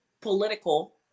political